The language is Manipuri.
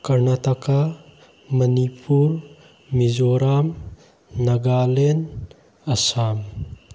ꯀꯔꯅꯥꯇꯀꯥ ꯃꯅꯤꯄꯨꯔ ꯃꯤꯖꯣꯔꯥꯝ ꯅꯥꯒꯥꯂꯦꯟ ꯑꯁꯥꯝ